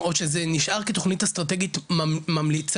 או שזה נשאר כתוכנית אסטרטגית ממליצה?